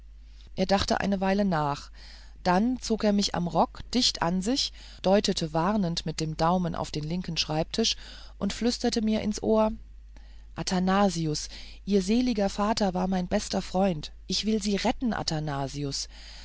er dachte eine weile nach dann zog er mich am rock dicht an sich deutete warnend mit dem daumen auf den linken schreibtisch und flüsterte mir ins ohr athanasius ihr seliger vater war mein bester freund ich will sie retten